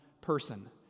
person